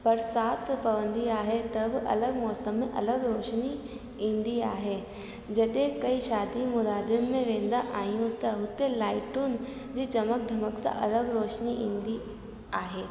बरसाति पवंदी आहे त बि अलॻि मौसम अलॻि रोशनी ईंदी आहे जॾहिं कई शादियुनि मुरादियुनि में वेंदा आहियूं त उते लाइटुनि जी चमक धमक सां अलॻि रोशनी ईंदी आहे